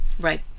Right